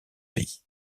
pays